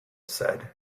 said